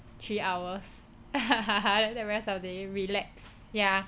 three hours the rest of the day relax ya